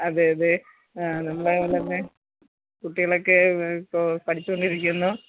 അതെയതെ ആണല്ലേ അല്ലെ കുട്ടികളൊക്കെ ഇപ്പോള് പഠിച്ചു കൊണ്ടിരിക്കുന്നു